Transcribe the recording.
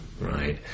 right